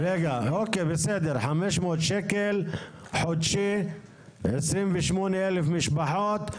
אוקיי בסדר, 500 שקל חודשי, 28,000 משפחות.